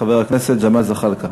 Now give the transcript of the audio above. חבר הכנסת ג'מאל זחאלקה.